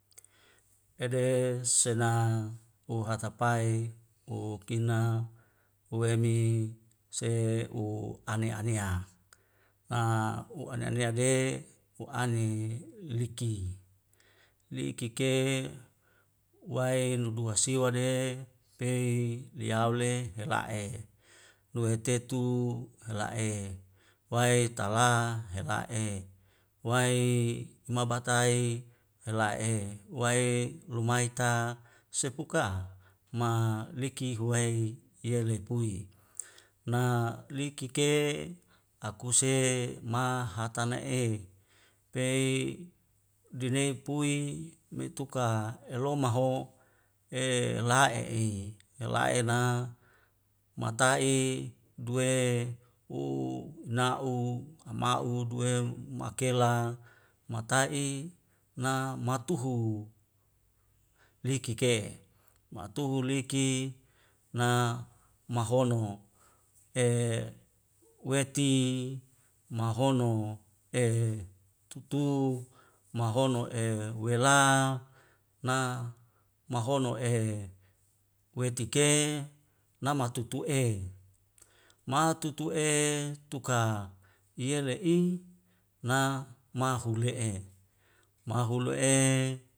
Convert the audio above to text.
Ede sena u hatapae u kina uwemi se u ane anea a u ane anea le u ane liki liki ke wae ludua siwa de pei liyaule hela'e kua hetetu hela'e wae tala hela'e wae mabatae hela'e wae lumai ta sepuka ma liki huwae yele pui na liki ke akuse mahatana e'he pei dinei pui me tuka elo maho e la'e i la'e na mata'i duwe u ina'u ama'u duwew makela mata'i na matuhu liki ke. ma'atuhu liki na mahono e weti mahono e tutu mahono e wela na mahono e weti ke namatutu e ma tutu e tuka iyele i na mahule'e mahule'e